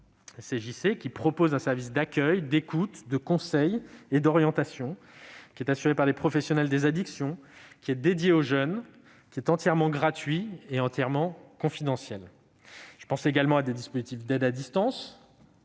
(CJC), qui proposent un service d'accueil, d'écoute, de conseil et d'orientation. Ce service, assuré par des professionnels des addictions, est dédié aux jeunes ; il est entièrement gratuit et confidentiel. Je pense également à des dispositifs d'aide à distance,